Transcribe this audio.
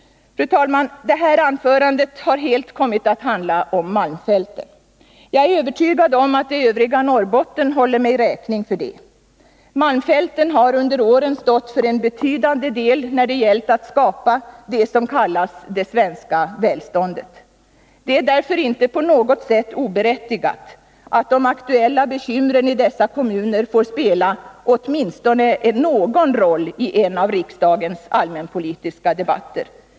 Fru talman! Det här anförandet har helt kommit att handla om malmfälten. Jag är övertygad om att det övriga Norrbotten håller mig räkning för det. Malmfälten har under åren stått för en betydande del när det gällt att skapa det som kallas det svenska välståndet. Det är därför inte på något sätt oberättigat att de aktuella bekymren i dessa kommuner får spela åtminstone någon roll i en av riksdagens allmänpolitiska debatter.